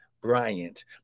Bryant